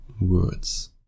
words